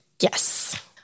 Yes